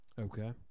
okay